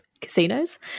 casinos